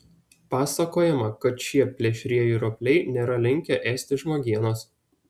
pasakojama kad šie plėšrieji ropliai nėra linkę ėsti žmogienos